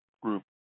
group